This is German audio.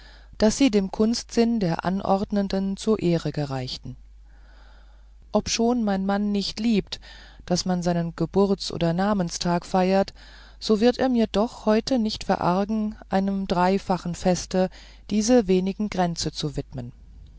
daß sie dem kunstsinn der anordnenden zur ehre gereichten obschon mein mann nicht liebt daß man seinen geburts oder namenstag feire so wird er mir doch heute nicht verargen einem dreifachen feste diese wenigen kränze zu widmen